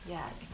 Yes